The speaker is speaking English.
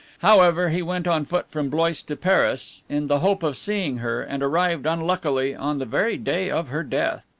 however, he went on foot from blois to paris in the hope of seeing her, and arrived, unluckily, on the very day of her death.